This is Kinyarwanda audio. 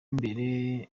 imbere